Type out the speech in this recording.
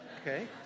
okay